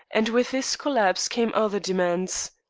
and with this collapse came other demands.